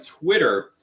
Twitter